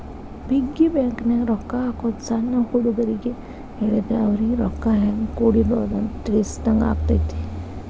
piggy ಬ್ಯಾಂಕನ್ಯಾಗ ರೊಕ್ಕಾ ಹಾಕೋದು ಸಣ್ಣ ಹುಡುಗರಿಗ್ ಹೇಳಿದ್ರ ಅವರಿಗಿ ರೊಕ್ಕಾ ಹೆಂಗ ಕೂಡಿಡೋದ್ ಅಂತ ತಿಳಿಸಿದಂಗ ಆಗತೈತಿ